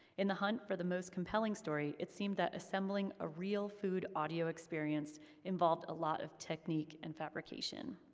in the hunt for the most compelling story, it seemed that assembling a real food audio experience involved a lot of technique and fabrication.